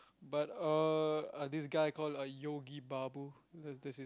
but uh this guy called Yogi Babu th~ that's his